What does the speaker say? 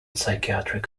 psychiatric